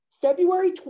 February